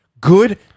good